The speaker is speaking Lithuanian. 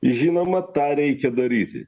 žinoma tą reikia daryti